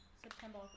september